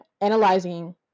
analyzing